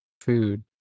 food